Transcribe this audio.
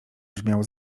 brzmiał